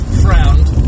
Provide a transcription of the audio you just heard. frowned